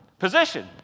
position